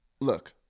look